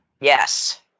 Yes